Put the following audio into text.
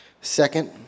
Second